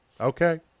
Okay